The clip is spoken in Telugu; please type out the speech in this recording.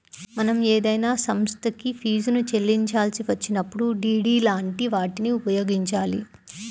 మనం ఏదైనా సంస్థకి ఫీజుని చెల్లించాల్సి వచ్చినప్పుడు డి.డి లాంటి వాటిని ఉపయోగించాలి